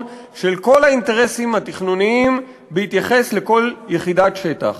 של כל האינטרסים התכנוניים בהתייחס לכל יחידת שטח.